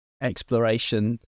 exploration